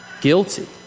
guilty